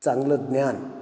चांगलं ज्ञान